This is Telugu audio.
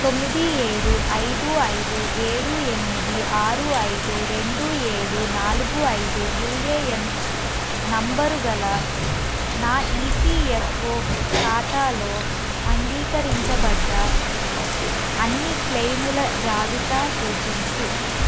తొమ్మిది ఏడు ఐదు ఐదు ఏడు ఎనిమిది ఆరు ఐదు రెండు ఏడు నాలుగు ఐదు యూఏఎన్ నంబరుగల నా ఈపిఎఫ్ఓ ఖాతాలో అంగీకరించబడ్డ అన్ని క్లెయిముల జాబితా చూపించు